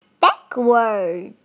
backward